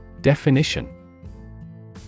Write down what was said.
Definition